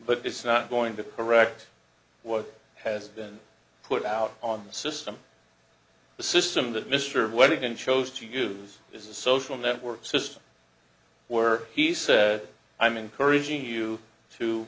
but it's not going to correct what has been put out on the system the system that mr what he can chose to use is a social network system where he says i'm encouraging you to